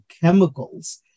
chemicals